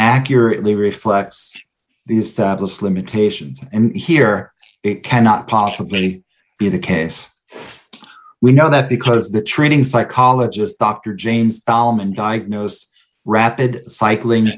accurately reflects the established limitations and here it cannot possibly be the case we know that because the training psychologist dr james solomon diagnosed rapid cycling